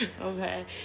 Okay